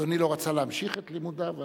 אדוני לא רצה להמשיך את לימודיו?